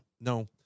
no